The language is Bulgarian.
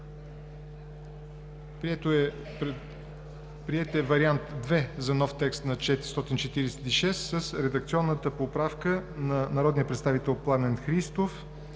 Приет е вариант II за нов текст на чл. 446 с редакционната поправка на народния представител Пламен Христов,